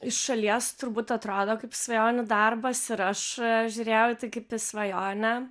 iš šalies turbūt atrado kaip svajonių darbas ir aš žiūrėjau į tai kaip į svajonę